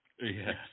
Yes